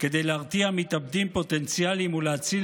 כדי להרתיע מתאבדים פוטנציאליים ולהציל